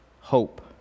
hope